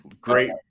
Great